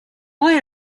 why